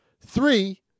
Three